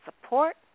support